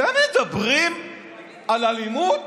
אתם מדברים על אלימות?